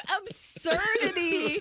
absurdity